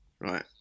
Right